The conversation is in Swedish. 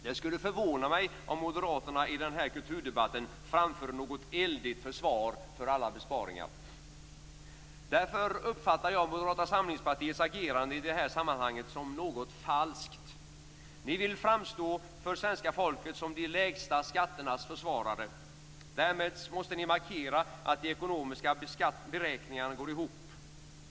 Det skulle förvåna mig om moderaterna i den här kulturdebatten framför något eldigt försvar för alla besparingar. Därför uppfattar jag Moderata samlingspartiets agerande i det här sammanhanget som något falskt. Ni vill framstå för svenska folket som de lägsta skatternas försvarare. Därmed måste ni markera att de ekonomiska beräkningarna går ihop.